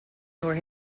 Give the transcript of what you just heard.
nor